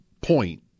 point